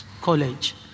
college